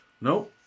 No